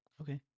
Okay